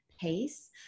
pace